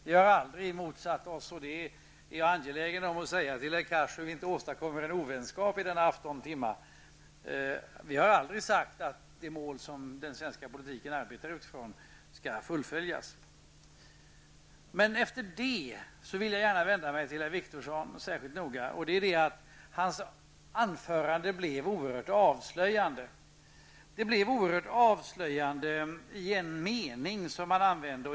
Vi har aldrig motsatt oss -- och det är jag angelägen om att säga till herr Cars, så att vi inte åstadkommer en ovänskap i denna aftontimme -- att de mål som den svenska politiken arbetar utifrån skall fullföljas. Efter det vill jag gärna särskilt noga vända mig till herr Wictorsson. Hans anförande blev oerhört avslöjande. Det blev oerhört avslöjande i en mening som han använde.